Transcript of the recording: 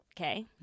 okay